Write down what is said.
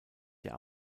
der